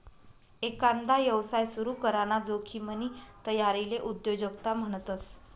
एकांदा यवसाय सुरू कराना जोखिमनी तयारीले उद्योजकता म्हणतस